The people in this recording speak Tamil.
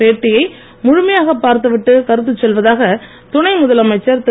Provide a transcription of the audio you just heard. பேட்டியை முழுமையாக பார்த்துவிட்டு கருத்துச் சொல்வதாக துணை முதலமைச்சர் திரு